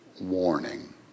warning